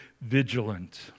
vigilant